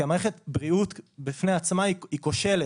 כי מערכת הבריאות בפני עצמה היא כושלת,